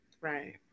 Right